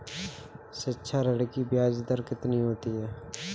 शिक्षा ऋण की ब्याज दर कितनी होती है?